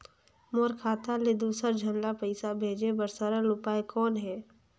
मोर खाता ले दुसर झन ल पईसा भेजे बर सरल उपाय कौन हे?